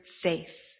faith